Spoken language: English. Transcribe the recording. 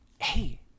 hey